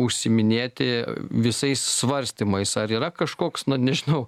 užsiiminėti visais svarstymais ar yra kažkoks nu nežinau